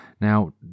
now